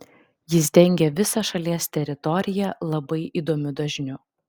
jis dengė visą šalies teritoriją labai įdomiu dažniu